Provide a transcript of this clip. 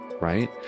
Right